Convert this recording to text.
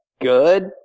good